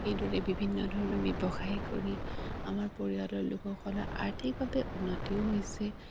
সেইদৰে বিভিন্ন ধৰণৰ ব্যৱসায় কৰি আমাৰ পৰিয়ালৰ লোকসকলৰ আৰ্থিকভাৱে উন্নতিও হৈছে